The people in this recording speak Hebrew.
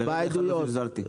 לרגע אחד לא זלזלתי.